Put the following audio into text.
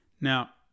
Now